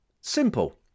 Simple